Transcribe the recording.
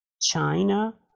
China